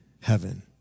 heaven